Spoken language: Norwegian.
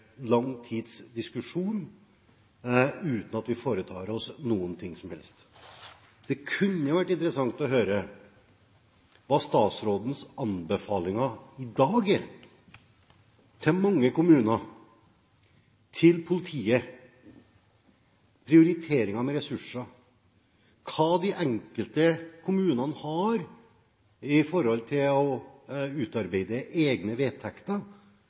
lang tids diskusjon, uten at vi foretar oss noen ting som helst. Det kunne vært interessant å høre hva statsrådens anbefalinger i dag er til mange kommuner og til politiet om prioriteringer av ressurser, og hva de enkelte kommunene har, når det gjelder å utarbeide egne vedtekter